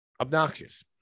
Obnoxious